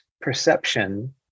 perception